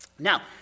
Now